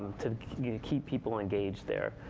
to keep people engaged there.